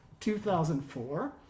2004